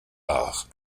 art